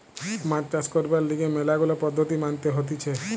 মাছ চাষ করবার লিগে ম্যালা গুলা পদ্ধতি মানতে হতিছে